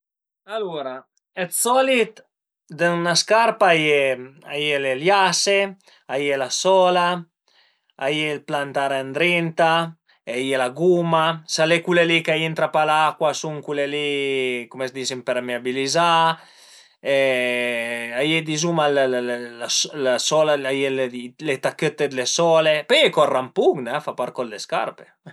Alura d'solit dë 'na scarpa a ie, a ie le liase, a ie la sola, a ie ël plantare ëndrinta, a ie la guma, s'al e cule li ch'a intra pa l'acua, a sun cule li cum a s'dis ëmpermeabilizà e ai dizuma la sola, le tachëtte d'le sole, pöi a ie co ël rampun, a fa part dë le scarpe